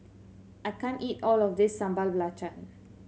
I can't eat all of this Sambal Belacan